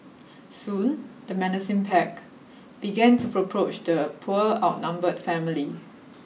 soon the menacing pack began to the poor outnumbered family